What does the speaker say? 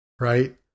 right